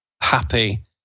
happy